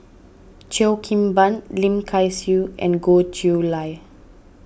Cheo Kim Ban Lim Kay Siu and Goh Chiew Lye